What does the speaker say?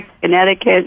Connecticut